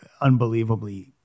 unbelievably